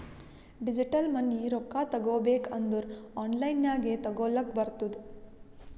digital money ರೊಕ್ಕಾ ತಗೋಬೇಕ್ ಅಂದುರ್ ಆನ್ಲೈನ್ ನಾಗೆ ತಗೋಲಕ್ ಬರ್ತುದ್